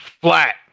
flat